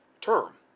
term